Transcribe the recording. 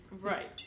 Right